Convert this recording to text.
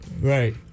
Right